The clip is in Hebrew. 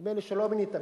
נדמה לי שלא מינית.